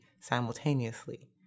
simultaneously